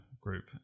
group